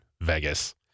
vegas